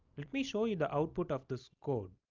let me show you the output of this code,